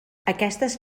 aquestes